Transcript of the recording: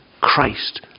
Christ